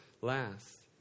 last